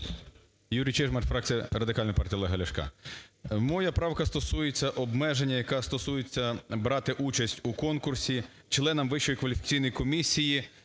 ЮрійЧижмарь, фракція Радикальної партії Олега Ляшка. Моя правка стосується обмеження, яке стосується брати участь у конкурсі членам Вищої